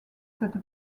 cette